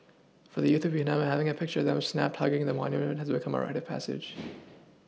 for the youth of Vietnam having a picture of them snapped hugging the monument has become a rite of passage